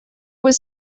was